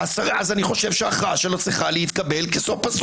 אני חושב שמה שצריך לפקוע זה ההתגברות.